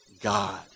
God